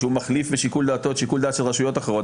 שהוא מחליף בשיקול דעתו את שיקול הדעת של רשויות אחרות,